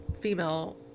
female